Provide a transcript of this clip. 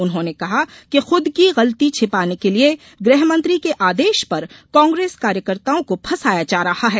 उन्होंने कहा कि खूद की गलती छिपाने के लिये गृहमंत्री के आदेश पर कांग्रेस कार्यकर्ताओं को फंसाया जा रहा है